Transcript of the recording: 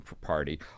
party